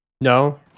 No